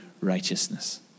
righteousness